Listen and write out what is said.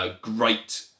great